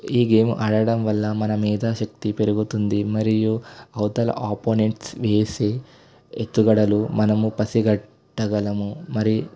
ఈ గేమ్ ఆడడం వల్ల మన మేధాశక్తి పెరుగుతుంది మరియు అవతల ఆపోనెంట్స్ వేసే ఎత్తుగడలు మనం పసిగట్టగలము మరియు